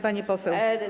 Pani poseł.